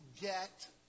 get